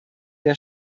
der